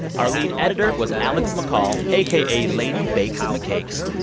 our lead editor was alex mccall, aka lady bakes macakes.